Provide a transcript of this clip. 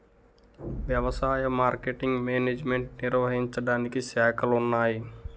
వ్యవసాయ marketing management నిర్వహించడానికి శాఖలున్నాయి